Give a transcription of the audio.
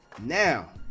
Now